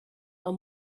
are